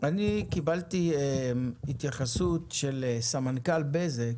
קיבלתי התייחסות של סמנכ"ל בזק